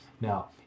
Now